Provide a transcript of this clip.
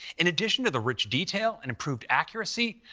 in addition to the rich detail and improved accuracy,